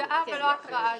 הודעה ולא התראה,